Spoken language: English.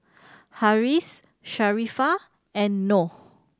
Harris Sharifah and Noh